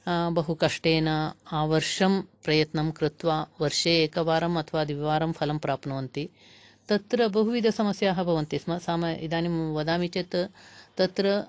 बहु कष्टेन आवर्षं प्रयत्नं कृत्वा वर्षे एकवारम् अथवा द्विवारं फलं प्राप्नुवन्ति तत्र बहुविधसमस्याः भवन्तिस्म इदानीं वदामि चेत् तत्र